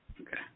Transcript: Okay